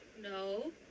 No